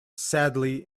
sadly